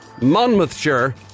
Monmouthshire